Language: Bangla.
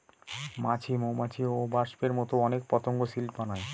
মাছি, মৌমাছি, ওবাস্পের মতো অনেক পতঙ্গ সিল্ক বানায়